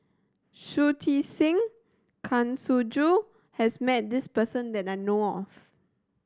Shui Tit Sing and Kang Siong Joo has met this person that I know of